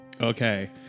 Okay